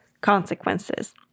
consequences